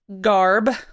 garb